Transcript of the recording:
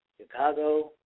Chicago